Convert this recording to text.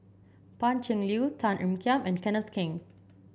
Pan Cheng Lui Tan Ean Kiam and Kenneth Keng